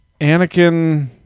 Anakin